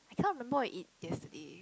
I can't remember what we eat yesterday